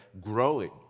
growing